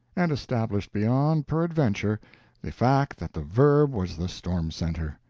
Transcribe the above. and established beyond peradventure the fact that the verb was the storm-center.